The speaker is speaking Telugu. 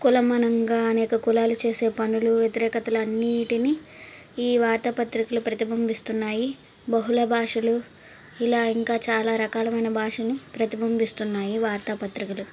కులమలింగ అనే అనేక కులాలు చేసే పనులు వ్యతిరేకతలు అన్నింటిని ఈ వార్తాపత్రికలు ప్రతిబింబిస్తున్నాయి బహుళ భాషలు ఇలా ఇంకా చాలా రకాలమైన భాషలని ప్రతిబింబిస్తున్నాయి వార్త పత్రికలు